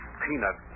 peanut